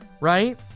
right